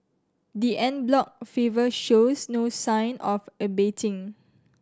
the en bloc fervour shows no sign of abating